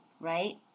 right